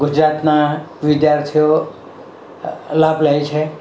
ગુજરાતના વિદ્યાર્થીઓ લાભ લે છે